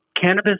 cannabis